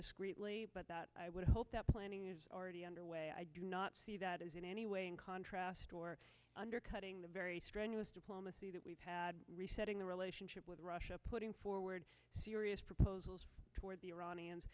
discreetly but i would hope that planning is already underway i do not see that as in any way in contrast or undercutting the very strenuous diplomacy that we've had resetting the relationship with russia putting forward serious proposals toward the iranians